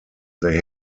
they